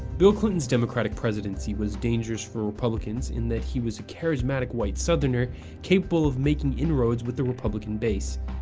bill clinton's democratic presidency was dangerous for republicans in that he was a charismatic white southerner capable of making inroads with the republican base,